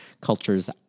culture's